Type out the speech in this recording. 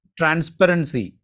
transparency